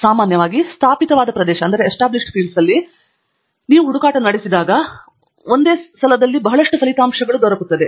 ಸಾಮಾನ್ಯವಾಗಿ ಸ್ಥಾಪಿತವಾದ ಪ್ರದೇಶವು ಬಹಳಷ್ಟು ಹುಡುಕಾಟ ಫಲಿತಾಂಶಗಳನ್ನು ನೀಡುತ್ತದೆ